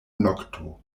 nokto